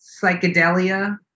psychedelia